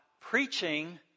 preaching